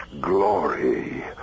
glory